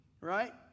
right